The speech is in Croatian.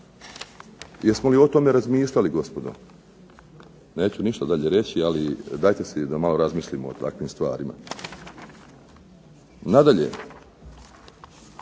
Jesmo li o tome razmišljali gospodo? Neću ništa dalje reći, ali dajte si da malo razmislimo o takvim stvarima. Nadalje,